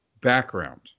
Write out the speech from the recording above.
background